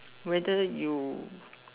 whether you